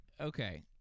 Okay